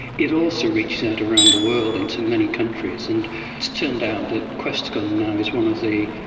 it also reaches out around the world into many countries. and it's turned out that questacon now is one of the,